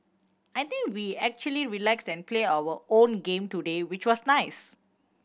I think we actually relaxed and play our own game today which was nice